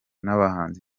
n’abahanzi